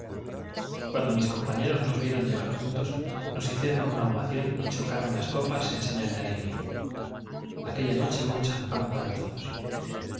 cuando mis compañeros nos vieron llegar juntos hicieron ovación y chocaron las una en nos copas señal de alegría aquella noche hubo champagne para todos